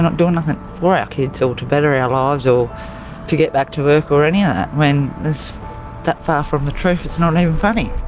not doing nothing for our kids or to better our lives or to get back to work or anything. when it's that far from the truth it's not even funny.